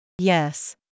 Yes